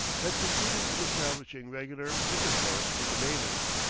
had succeeded in establishing regular intercourse with the natives.